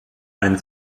ein